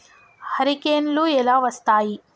హరికేన్లు ఎలా వస్తాయి?